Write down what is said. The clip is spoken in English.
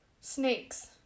Snakes